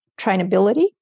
trainability